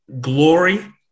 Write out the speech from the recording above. Glory